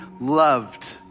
loved